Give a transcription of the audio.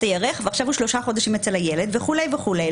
הירך ועכשיו הוא שלושה חודשים אצל הילד וכו' וכו'.